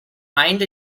mine